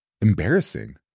embarrassing